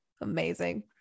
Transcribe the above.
amazing